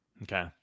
Okay